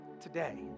today